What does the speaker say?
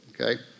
Okay